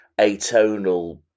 atonal